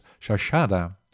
Shashada